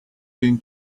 been